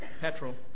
petrol